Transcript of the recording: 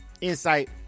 insight